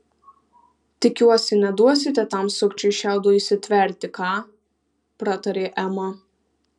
tikiuosi neduosite tam sukčiui šiaudo įsitverti ką pratarė ema